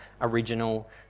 original